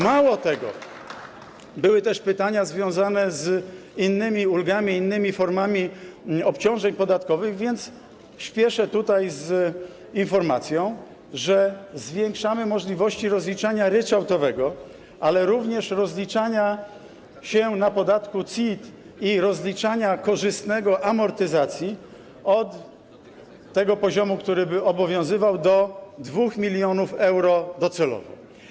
Mało tego, były też pytania związane z innymi ulgami, innymi formami obciążeń podatkowych, więc spieszę tutaj z informacją, że zwiększamy możliwości rozliczania ryczałtowego, ale również rozliczania się z podatku CIT i rozliczania korzystnego amortyzacji od tego poziomu, który by obowiązywał, do 2 mln euro docelowo.